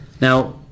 Now